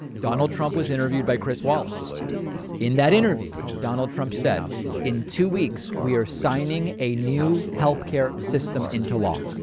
donald trump was interviewed by chris wallace in that interview. donald trump said in two weeks we are signing a new health care system into law.